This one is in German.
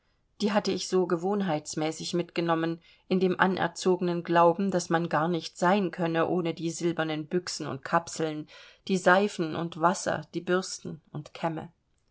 die hatte ich so gewohnheitsmäßig mitgenommen in dem anerzogenen glauben daß man gar nicht sein könne ohne die silbernen büchsen und kapseln die seifen und wasser die bürsten und kämme